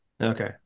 Okay